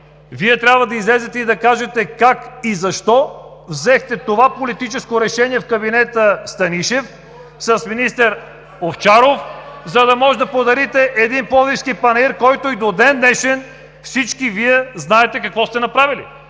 Вие трябва да излезете и да кажете как и защо взехте това политическо решение в кабинета Станишев с министър Овчаров, за да може да подарите един Пловдивски панаир, който и до ден-днешен всички Вие знаете какво сте направили?